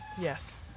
Yes